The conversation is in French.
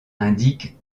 indique